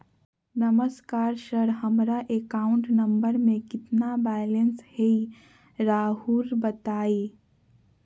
नमस्कार सर हमरा account number में कितना बैलेंस हेई राहुर बताई?